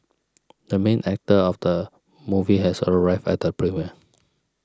the main actor of the movie has arrived at the premiere